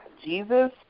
Jesus